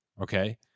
okay